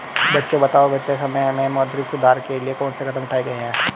बच्चों बताओ बीते समय में मौद्रिक सुधार के लिए कौन से कदम उठाऐ गए है?